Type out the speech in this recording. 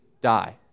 die